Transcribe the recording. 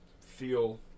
feel